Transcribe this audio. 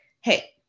hey